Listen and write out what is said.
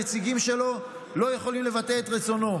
הנציגים שלו לא יכולים לבטא את רצונו.